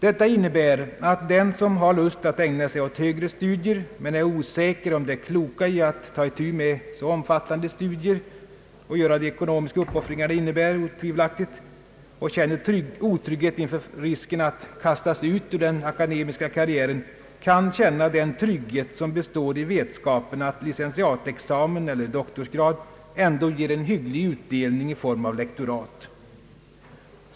Detta innebär att den som har lust att ägna sig åt högre studier men är osäker om det kloka i att ta itu med så omfattande studier och göra de ekonomiska uppoffringar det otvivelaktigt innebär och som känner otrygghet inför risken att kastas ut ur den akademiska karriären, kan känna den trygghet som består i vetskapen att licentiatexamen eller doktorsgrad ändå ger hygglig utdelning i form av lektorat.